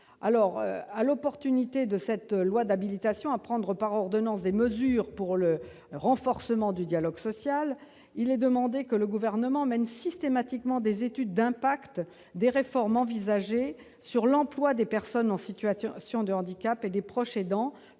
l'occasion de cette loi d'habilitation à prendre par ordonnances des mesures pour le renforcement du dialogue social pour demander que le Gouvernement mène systématiquement des études d'impact des réformes envisagées sur l'emploi des personnes en situation de handicap et des proches aidants,